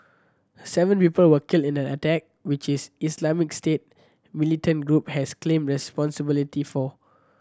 seven report were killed in the attack which is Islamic State militant group has claimed responsibility for